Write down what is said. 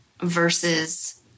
versus